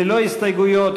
ללא הסתייגויות,